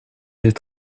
des